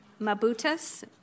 Mabutas